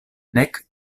nek